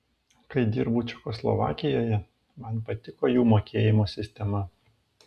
kai dirbau čekoslovakijoje man patiko jų mokėjimo sistema